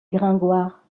gringoire